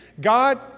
God